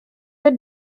had